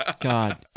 God